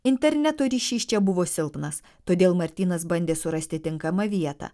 interneto ryšys čia buvo silpnas todėl martynas bandė surasti tinkamą vietą